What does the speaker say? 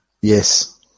Yes